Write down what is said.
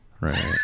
Right